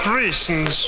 reasons